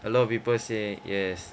a lot of people say yes